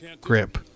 grip